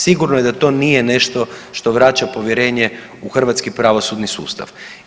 Sigurno je da to nije nešto što vraća povjerenje u hrvatski pravosudni sustav.